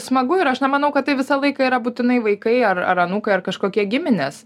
smagu ir aš nemanau kad tai visą laiką yra būtinai vaikai ar ar anūkai ar kažkokie giminės